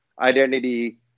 identity